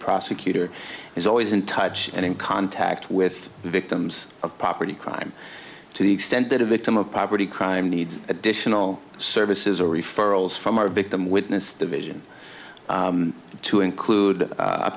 prosecutor is always in touch and in contact with the victims of property crime to the extent that a victim of property crime needs additional services or referrals from our victim witness division to include u